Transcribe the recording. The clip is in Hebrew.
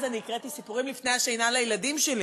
אז אני הקראתי סיפורים לפני השינה לילדים שלי.